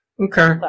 Okay